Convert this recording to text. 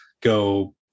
go